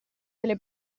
delle